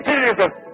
Jesus